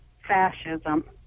fascism